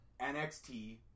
NXT